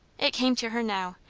it came to her now,